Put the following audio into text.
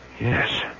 Yes